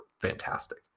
fantastic